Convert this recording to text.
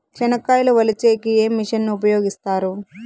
చెనక్కాయలు వలచే కి ఏ మిషన్ ను ఉపయోగిస్తారు?